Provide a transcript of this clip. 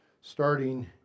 starting